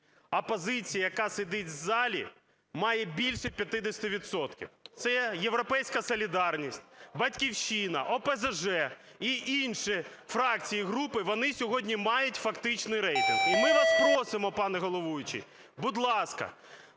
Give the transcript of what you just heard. опозиція, яка сидить в залі, має більше 50 відсотків. Це "Європейська солідарність", "Батьківщина", ОЗПЖ і інші фракції, групи, вони сьогодні мають фактичний рейтинг. І ми вас просимо, пане головуючий, будь ласка,